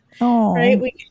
right